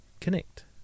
connect